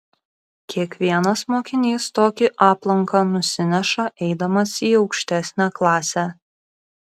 kiekvienas mokinys tokį aplanką nusineša eidamas į aukštesnę klasę